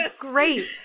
great